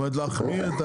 או להחמיר?